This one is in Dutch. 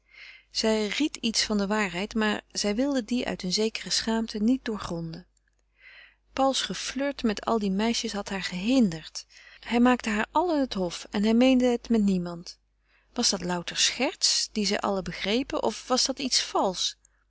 zij ried iets van de waarheid maar zij wilde die uit een zekere schaamte niet doorgronden pauls geflirt met al die meisjes had haar gehinderd hij maakte haar allen het hof en hij meende het met niemand was dat louter scherts dien zij allen begrepen of was dat iets valsch